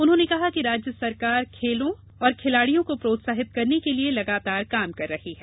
उन्होंने कहा कि राज्य सरकार खेलों और खिलाड़ियों को प्रोत्साहित करने के लिये लगातार काम कर रही है